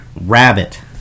rabbit